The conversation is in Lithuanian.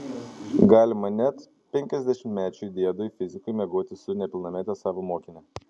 galima net penkiasdešimtmečiui diedui fizikui miegoti su nepilnamete savo mokine